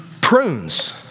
prunes